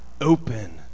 open